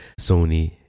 Sony